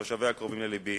תושביה קרובים ללבי.